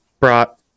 brought